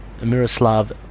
Miroslav